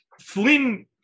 Flynn